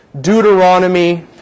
Deuteronomy